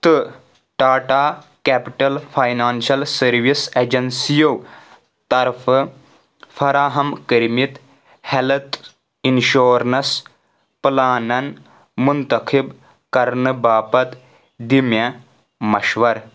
تہٕ Tata capital financial service ایٚجنسِیو طرفہٕ فراہم کٔرۍ مِتۍ ہیٚلٕتھ اِنشوریٚنٕس پٕلانَن منتخب کرنہٕ باپتھ دِ مےٚ مشورٕ